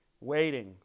Waiting